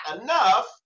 enough